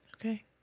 Okay